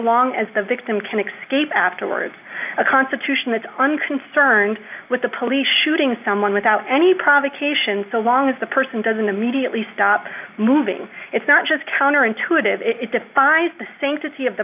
long as the victim can excuse afterwards a constitution that unconcerned with the police shooting someone without any provocation so long as the person doesn't immediately stop moving it's not just counterintuitive it defies the same city of the